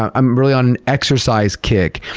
i'm really on an exercise kick,